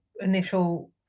initial